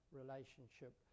relationship